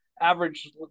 average